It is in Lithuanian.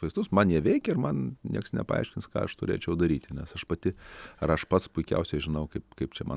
vaistus man jie veikia ir man nieks nepaaiškins ką aš turėčiau daryti nes aš pati ar aš pats puikiausiai žinau kaip kaip čia man